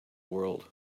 world